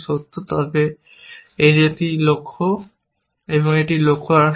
তবে এটি একটি লক্ষ্য এবং এটি একটি লক্ষ্য রাষ্ট্র নয়